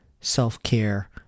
self-care